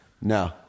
No